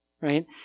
right